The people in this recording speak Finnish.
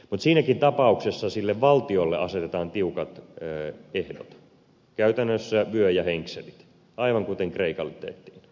mutta siinäkin tapauksessa sille valtiolle asetetaan tiukat ehdot käytännössä vyö ja henkselit aivan kuten kreikalle tehtiin